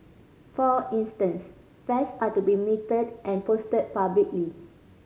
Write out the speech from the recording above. for instance fares are to be metered and posted publicly